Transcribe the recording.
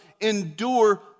endure